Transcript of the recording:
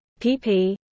pp